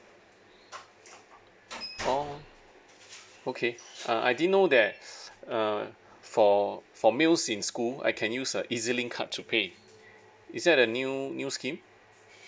oh okay uh I didn't know that uh for for meals in school I can use a E_Z link card to pay is that a new new scheme